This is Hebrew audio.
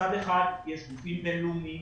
מצד אחד יש גופים בין-לאומיים